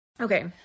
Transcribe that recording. Okay